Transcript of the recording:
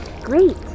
great